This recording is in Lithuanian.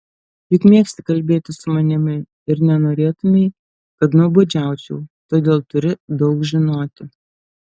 juk mėgsti kalbėti su manimi ir nenorėtumei kad nuobodžiaučiau todėl turi daug žinoti